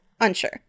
Unsure